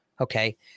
okay